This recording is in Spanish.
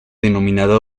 denominada